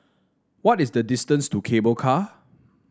what is the distance to Cable Car